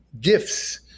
gifts